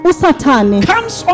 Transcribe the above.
comes